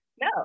no